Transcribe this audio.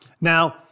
Now